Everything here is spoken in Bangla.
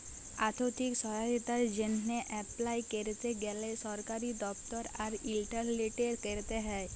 আথ্থিক সহায়তার জ্যনহে এপলাই ক্যরতে গ্যালে সরকারি দপ্তর আর ইলটারলেটে ক্যরতে হ্যয়